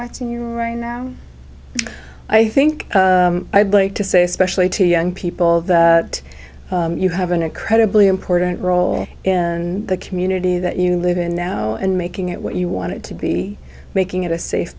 watching you right now i think i'd like to say especially to young people that you have an incredibly important role and the community that you live in now and making it what you want it to be making it a safe